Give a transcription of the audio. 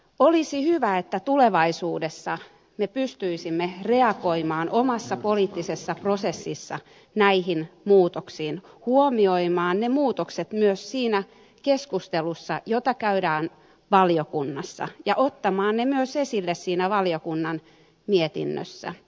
olisi hyvä että me pystyisimme tulevaisuudessa reagoimaan omassa poliittisessa prosessissamme näihin muutoksiin huomioimaan ne muutokset myös siinä keskustelussa jota käydään valiokunnassa ja myös ottamaan ne esille siinä valiokunnan mietinnössä